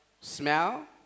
smell